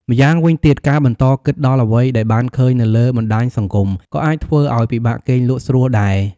ម្យ៉ាងវិញទៀត ការបន្តគិតដល់អ្វីដែលបានឃើញនៅលើបណ្ដាញសង្គម ក៏អាចធ្វើឱ្យពិបាកគេងលក់ស្រួលដែរ។